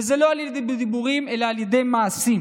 וזה לא בדיבורים אלא על ידי מעשים.